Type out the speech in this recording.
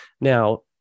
Now